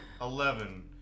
Eleven